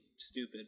Stupid